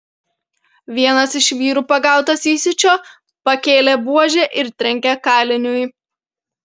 vienas iš vyrų pagautas įsiūčio pakėlė buožę ir trenkė kaliniui